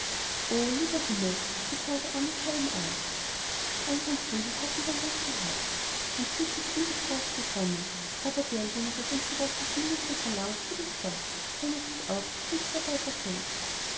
lieber himmel wie sah der arme schelm aus die andern vögel hatten wohl recht gehabt man fliegt nicht ungestraft zur sonne aber derjenige dem so recht nach dem lichte verlangt tut es doch und wenn er sich auch die flügel dabei versengt